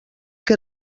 que